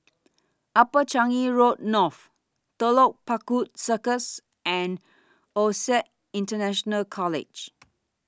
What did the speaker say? Upper Changi Road North Telok Paku Circus and OSAC International College